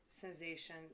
sensation